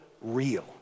real